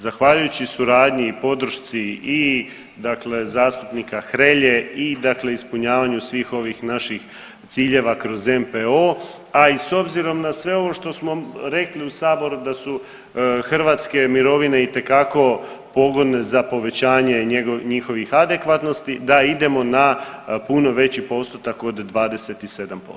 Zahvaljujući suradnji i podršci i dakle, zastupnika Hrelje i dakle ispunjavanju svih ovih naših ciljeva kroz NPO, a i s obzirom na sve ovo što smo rekli u Saboru da su hrvatske mirovine itekako pogodne za povećanje njihovih adekvatnosti, da idemo na puno veći postotak od 27%